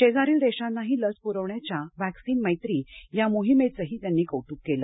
शेजारील देशांनाही लस पुरविण्याच्या व्हॅक्सिन मैत्री या मोहिमेचंही त्यांनी कौतुक केलं